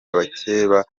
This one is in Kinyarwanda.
abakeba